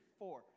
four